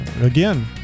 again